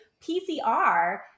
PCR